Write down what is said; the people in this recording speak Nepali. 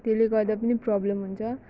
त्यसले गर्दा पनि प्रब्लम हुन्छ